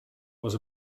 was